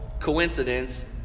coincidence